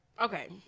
okay